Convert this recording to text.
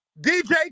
DJ